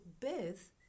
Beth